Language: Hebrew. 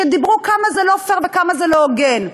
שאמרו כמה זה לא פייר וכמה זה לא הוגן.